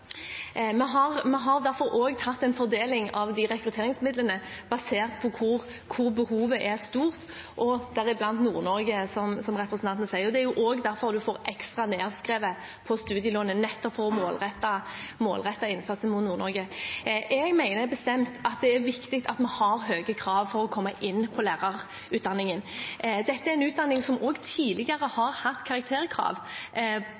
Vi har derfor også hatt en fordeling av rekrutteringsmidlene basert på hvor behovet er stort – deriblant Nord-Norge, som representanten sier. Det er også derfor man får ekstra avskrevet på studielånet, nettopp for å målrette innsatsen mot Nord-Norge. Jeg mener bestemt at det er viktig at vi har høye krav for å komme inn på lærerutdanningen. Dette er en utdanning som også tidligere